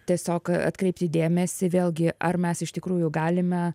tiesiog atkreipti dėmesį vėlgi ar mes iš tikrųjų galime